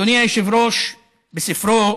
אדוני היושב-ראש, בספרו